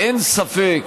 אין ספק